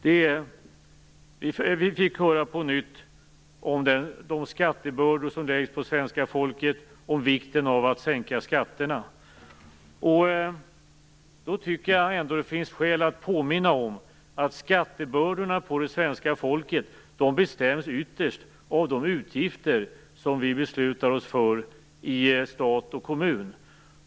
Vi fick på nytt höra om de skattebördor som läggs på svenska folket och vikten av att sänka skatterna. Jag tycker att det finns skäl att påminna om att skattebördorna på svenska folket ytterst bestäms av de utgifter som vi beslutar oss för i stat och kommun.